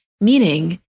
Meaning